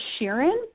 Sheeran